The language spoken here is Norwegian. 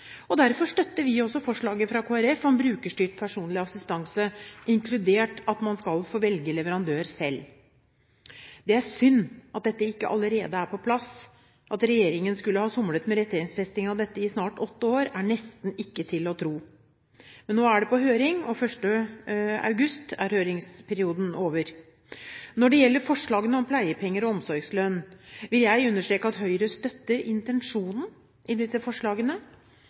Derfor støtter vi også forslaget fra Kristelig Folkeparti om brukerstyrt personlig assistanse, inkludert at man skal få velge leverandør selv. Det er synd at dette ikke allerede er på plass. At regjeringen skulle ha somlet med rettighetsfesting av dette i snart åtte år, er nesten ikke til å tro. Men nå er det på høring, og 1. august er høringsperioden over. Når det gjelder forslagene om pleiepenger og omsorgslønn, vil jeg understreke at Høyre støtter intensjonen i disse forslagene.